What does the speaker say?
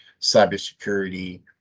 cybersecurity